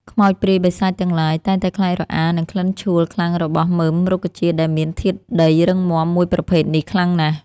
ខ្មោចព្រាយបិសាចទាំងឡាយតែងតែខ្លាចរអានឹងក្លិនឆួលខ្លាំងរបស់មើមរុក្ខជាតិដែលមានធាតុដីរឹងមាំមួយប្រភេទនេះខ្លាំងណាស់។